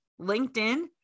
LinkedIn